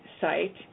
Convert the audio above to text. site